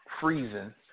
freezing